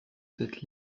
cette